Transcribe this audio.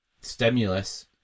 stimulus